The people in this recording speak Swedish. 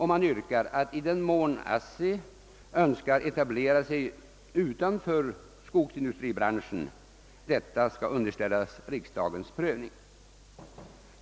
Man yrkar att i den mån ASSI önskar etablera sig utanför skogsindustribranschen, skall detta underställas riksdagens prövning.